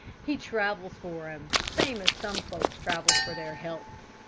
he travels for em same as some folks travels for their healths.